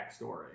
backstory